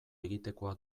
egitekoa